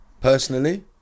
personally